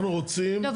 אנחנו רוצים ------ לא,